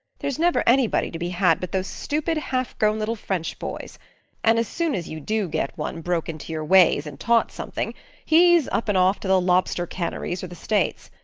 there's never anybody to be had but those stupid, half-grown little french boys and as soon as you do get one broke into your ways and taught something he's up and off to the lobster canneries or the states.